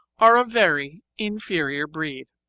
are a very inferior breed.